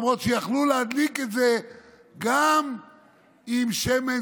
למרות שיכלו להדליק את זה גם עם שמן